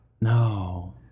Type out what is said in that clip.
No